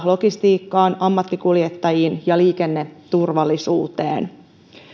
logistiikkaan ammattikuljettajiin ja liikenneturvallisuuteen